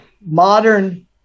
modern